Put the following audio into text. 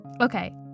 Okay